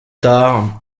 tard